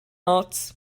ots